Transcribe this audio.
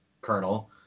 Colonel